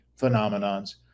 phenomenons